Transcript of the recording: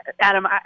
Adam